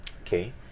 Okay